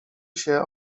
się